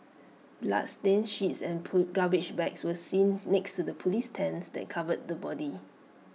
bloodstained sheets and garbage bags were seen next to the Police tents that covered the body